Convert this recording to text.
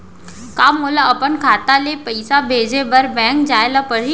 का मोला अपन खाता ले पइसा भेजे बर बैंक जाय ल परही?